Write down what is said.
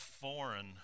foreign